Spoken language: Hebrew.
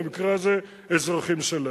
במקרה הזה אזרחים שלהם.